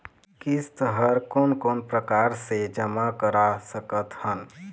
किस्त हर कोन कोन प्रकार से जमा करा सकत हन?